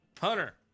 Hunter